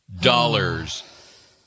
dollars